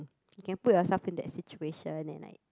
you can put yourself in the situation and like